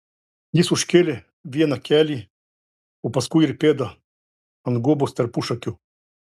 jis užkėlė vieną kelį o paskui ir pėdą ant guobos tarpušakio